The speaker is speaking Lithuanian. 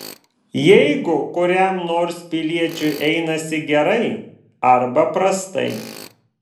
jeigu kuriam nors piliečiui einasi gerai arba prastai